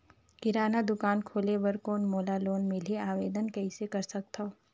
किराना दुकान खोले बर कौन मोला लोन मिलही? आवेदन कइसे कर सकथव?